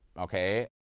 okay